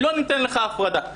לא ניתן לך הפרדה.